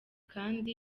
kandi